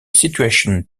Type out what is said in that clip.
situation